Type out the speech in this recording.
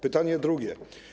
Pytanie drugie.